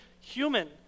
human